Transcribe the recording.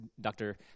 Dr